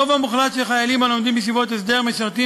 הרוב המוחלט של החיילים הלומדים בישיבות ההסדר משרתים